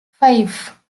five